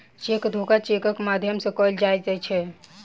cheque धोखा चेकक माध्यम सॅ कयल जाइत छै